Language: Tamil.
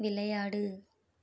விளையாடு